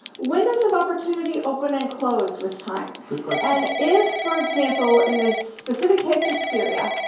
windows of opportunity open and close with time and if, for example in the specific case of syria,